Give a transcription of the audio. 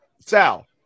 Sal